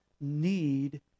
need